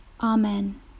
Amen